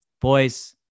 boys